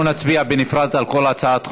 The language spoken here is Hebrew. אנחנו נצביע בנפרד על כל הצעת חוק.